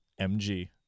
MG